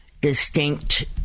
distinct